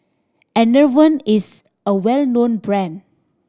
Enervon is a well known brand